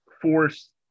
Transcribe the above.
force